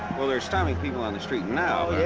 well they're stopping people on the street now,